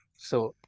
so,